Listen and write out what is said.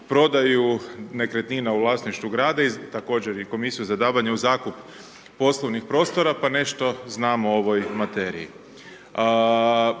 prodaju nekretnina u vlasništvu grada i također i Komisiju za davanje u zakup poslovnih prostora, pa nešto znamo o ovoj materiji.